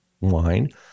wine